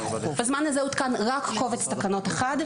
בזמן הזה הותקן רק קובץ תקנות אחד,